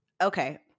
Okay